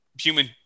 Human